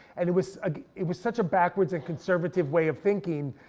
and it was ah it was such a backwards and conservative way of thinking.